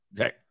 Okay